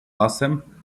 lasem